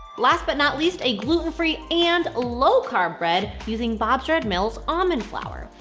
last but not least a gluten-free and low-carb bread using bob's red mill's almond flour.